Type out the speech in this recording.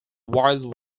wild